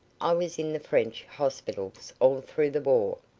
i was in the french hospitals all through the war.